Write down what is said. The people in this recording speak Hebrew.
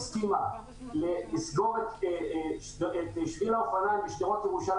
הסכימה לסגור את שביל האופניים בשדרות ירושלים